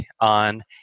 on